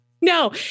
no